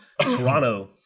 Toronto